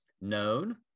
known